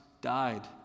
died